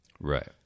Right